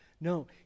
No